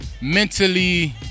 mentally